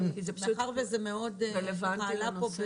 לשנות, לאפשר יותר שעות ייעוץ בזום.